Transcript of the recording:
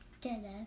Dada